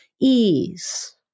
Ease